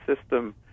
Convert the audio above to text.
system